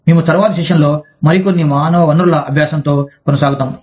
మేము తరువాతి సెషన్లో మరికొన్ని మానవ వనరుల అభ్యాసంతో కొనసాగుతాము